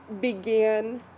began